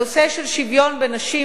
הנושא של שוויון בין גברים ונשים